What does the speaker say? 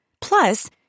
Plus